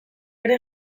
ere